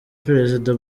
perezida